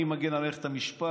אני מגן על מערכת המשפט,